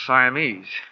Siamese